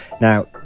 Now